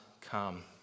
come